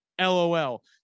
LOL